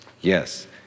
yes